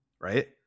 right